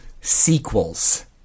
sequels